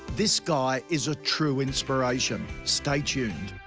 this guy is a true inspiration, stay tuned.